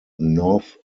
north